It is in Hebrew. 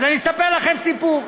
אז אני אספר לכם סיפור.